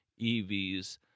EVs